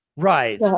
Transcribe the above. Right